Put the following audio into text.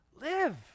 live